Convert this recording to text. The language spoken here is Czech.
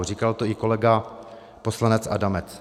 Říkal to i kolega poslanec Adamec.